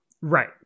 right